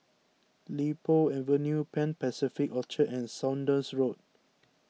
Li Po Avenue Pan Pacific Orchard and Saunders Road